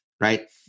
right